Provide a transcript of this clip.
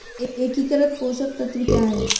एकीकृत पोषक तत्व क्या है?